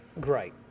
Great